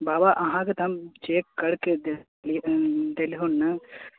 बाबा अहाँके तऽ हम चेक करके देलियै देलहुँ ने